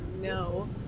no